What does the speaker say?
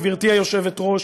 גברתי היושבת-ראש,